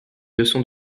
leçons